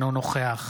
אינו נוכח